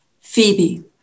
Phoebe